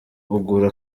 ugura